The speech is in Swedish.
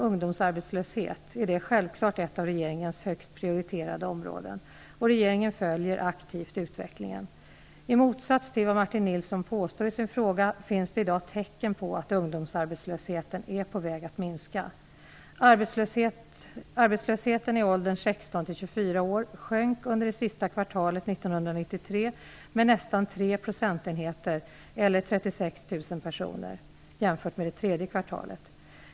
Ungdomsarbetslösheten är detta självklart ett av regeringens högst prioriterade områden, och regeringen följer aktivt utvecklingen. I motsats till vad Martin Nilsson påstår i sin fråga finns det i dag tecken på att ungdomsarbetslöshten är på väg att minska. Arbetslösheten i åldern 16--24 år sjönk under det sista kvartalet 1993 med nästan tre procentenheter eller 36 000 personer, jämfört med det tredje kvartalet.